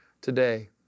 today